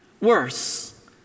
Worse